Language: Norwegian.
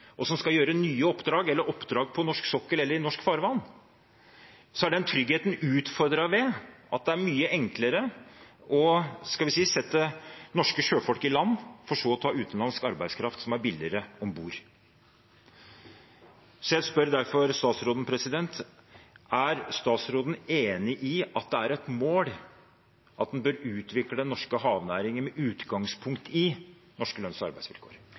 og som skal gjøre oppdrag på norsk sokkel eller i norsk farvann – den tryggheten er utfordret ved at det er mye enklere å sette norske sjøfolk i land for så å ta utenlandsk arbeidskraft, som er billigere, om bord. Jeg spør derfor statsråden: Er statsråden enig i at det er et mål at en bør utvikle den norske havnæringen med utgangspunkt i norske lønns- og arbeidsvilkår?